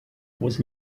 was